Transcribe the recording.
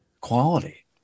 quality